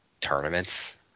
tournaments